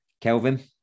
Kelvin